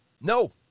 No